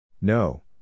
No